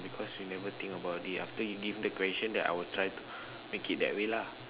ah because you never think about it after you give the question then I will try to make it that way lah